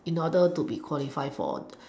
in order to be qualify for